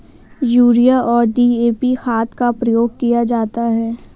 urea और DAP खाद का प्रयोग किया जाता है